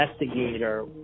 investigator